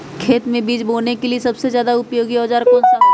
खेत मै बीज बोने के लिए सबसे ज्यादा उपयोगी औजार कौन सा होगा?